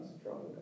stronger